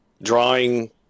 Drawing